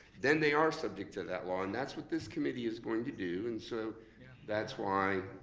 then they are subject to that law and that's what this committee is going to do and so that's why